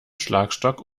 schlagstock